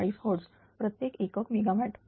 40 hertz प्रत्येकी एकक mega watt